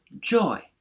joy